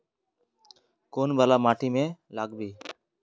कौन वाला माटी में लागबे?